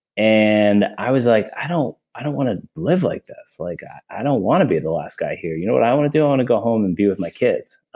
and i was like, i don't i don't want to live like this. like i i don't want to be the last guy here. you know what i want to do? i want to go home and be with my kids.